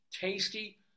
tasty